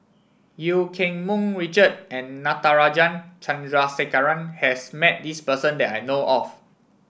Eu Keng Mun Richard and Natarajan Chandrasekaran has met this person that I know of